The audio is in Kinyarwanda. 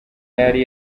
yari